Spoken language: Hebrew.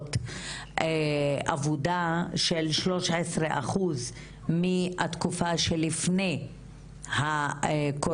בדרישות עבודה של שלוש עשרה אחוז מהתקופה שלפני הקורונה.